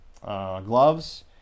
gloves